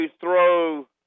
throw